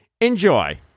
Enjoy